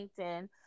LinkedIn